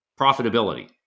Profitability